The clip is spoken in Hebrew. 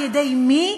על-ידי מי?